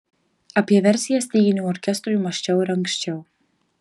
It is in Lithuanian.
apie versiją styginių orkestrui mąsčiau ir anksčiau